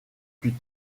plus